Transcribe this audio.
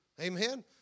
Amen